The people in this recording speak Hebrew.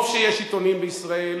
טוב שיש עיתונים בישראל.